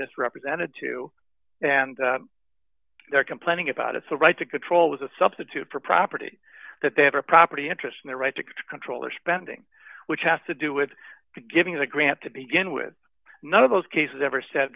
misrepresented to and they're complaining about it's a right to control as a substitute for property that they have a property interest in their right to control their spending which has to do with giving the grant to begin with none of those cases ever said